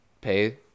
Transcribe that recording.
pay